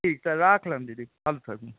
ঠিক তাহলে রাখলাম দিদি ভালো থাকুন